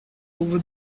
over